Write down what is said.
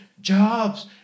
jobs